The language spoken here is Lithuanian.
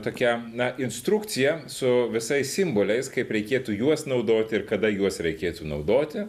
tokia na instrukcija su visais simboliais kaip reikėtų juos naudoti ir kada juos reikėtų naudoti